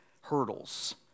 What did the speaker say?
hurdles